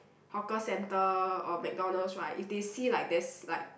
hawker-centre or McDonald's right if they see like there's like